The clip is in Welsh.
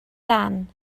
dan